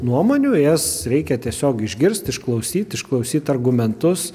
nuomonių jas reikia tiesiog išgirst išklausyt išklausyt argumentus